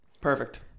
Perfect